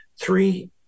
three